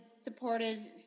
supportive